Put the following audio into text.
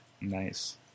Nice